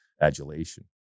adulation